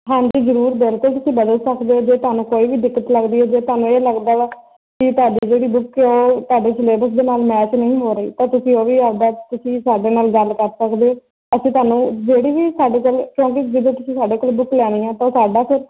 ਹਾਂਜੀ ਜ਼ਰੂਰ ਬਿਲਕੁਲ ਤੁਸੀਂ ਬਦਲ ਸਕਦੇ ਹੋ ਜੇ ਤੁਹਾਨੂੰ ਕੋਈ ਵੀ ਦਿੱਕਤ ਲੱਗਦੀ ਹੈ ਜੇ ਤੁਹਾਨੂੰ ਇਹ ਲੱਗਦਾ ਵਾ ਕਿ ਤੁਹਾਡੀ ਜਿਹੜੀ ਬੁਕ ਉਹ ਤੁਹਾਡੇ ਸਿਲੇਬਸ ਦੇ ਨਾਲ ਮੈਚ ਨਹੀਂ ਹੋ ਰਹੀ ਤਾਂ ਤੁਸੀਂ ਉਹ ਵੀ ਆਪਦਾ ਤੁਸੀਂ ਸਾਡੇ ਨਾਲ ਗੱਲ ਕਰ ਸਕਦੇ ਅਸੀਂ ਤੁਹਾਨੂੰ ਜਿਹੜੀ ਵੀ ਸਾਡੇ ਕੋਲ ਕਿਉਂਕਿ ਜਦੋਂ ਤੁਸੀਂ ਸਾਡੇ ਕੋਲ ਬੁੱਕ ਲੈਣੀ ਆ ਤਾਂ ਸਾਡਾ ਫਿਰ